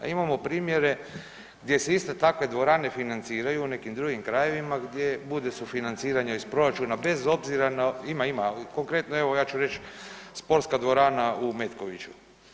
A imamo primjere gdje se iste takve dvorane financiraju, u nekim drugim krajevima, gdje bude sufinanciranja iz proračuna bez obzira na … [[Upadica iz klupe se ne čuje]] ima, ima, konkretno evo ja ću reć sportska dvorana u Metkoviću.